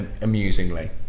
amusingly